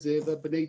הבראה,